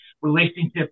relationship